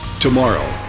tomorrow.